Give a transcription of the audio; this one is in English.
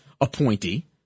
appointee